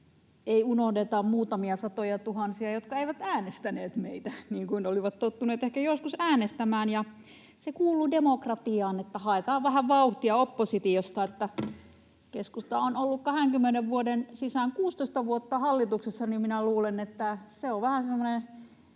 Ei unohdeta muutamia satojatuhansia, jotka eivät äänestäneet meitä niin kuin olivat tottuneet ehkä joskus äänestämään, ja se kuuluu demokratiaan, että haetaan vähän vauhtia oppositiosta. Keskusta on ollut 20 vuoden sisään 16 vuotta hallituksessa, ja en tietysti tiedä, minkälainen